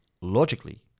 logically